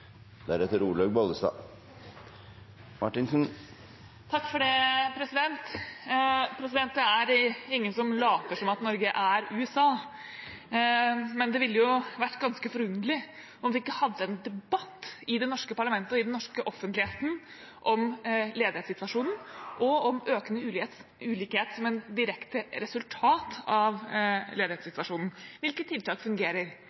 Det er ingen som later som at Norge er USA, men det ville jo vært ganske forunderlig om vi ikke hadde en debatt i det norske parlamentet og i den norske offentligheten om ledighetssituasjonen og om økende ulikhet som et direkte resultat av ledighetssituasjonen. Hvilke tiltak fungerer?